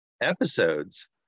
episodes